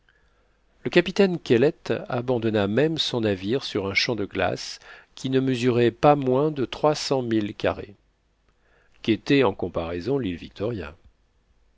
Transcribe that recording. le capitaine kellet abandonna même son navire sur un champ de glace qui ne mesurait pas moins de trois cents milles carrés qu'était en comparaison l'île victoria